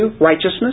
righteousness